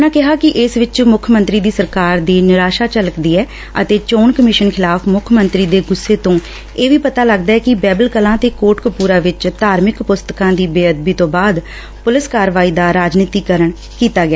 ਉਨ੍ਹਾਂ ਕਿਹਾ ਕਿ ਇਸ ਵਿਚ ਮੁੱਖ ਮੰਤਰੀ ਦੀ ਸਰਕਾਰ ਦੀ ਨਿਰਾਸ਼ਾ ਝਲਕਦੀ ਐ ਅਤੇ ਚੋਣ ਕਮਿਸ਼ਨ ਖਿਲਾਫ਼ ਮੁੱਖ ਮੰਤਰੀ ਦੇ ਗੁੱਸੇ ਤੋਂ ਇਹ ਵੀ ਪਤਾ ਲਗਦਾ ਕਿ ਬਹਿਬਲ ਕਲਾਂ ਤੇ ਕੋਟਕਪੁਰਾ ਵਿਚ ਧਾਰਮਿਕ ਪੁਸਤਕਾਂ ਦੀ ਬੇਅਦਬੀ ਤੋਂ ਬਾਅਦ ਪੁਲਿਸ ਕਾਰਵਾਈ ਦਾ ਰਾਜਨੀਤੀ ਕਰਨ ਕੀਤਾ ਗਿਆ